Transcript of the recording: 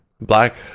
Black